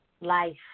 life